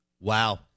Wow